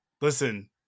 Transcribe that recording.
listen